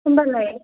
होमबालाय